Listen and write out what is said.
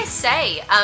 say